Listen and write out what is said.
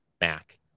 Mac